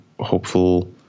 hopeful